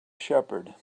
shepherd